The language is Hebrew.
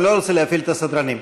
אני לא רוצה להפעיל את הסדרנים.